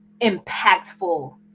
impactful